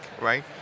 right